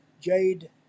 Jade